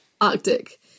Arctic